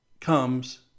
comes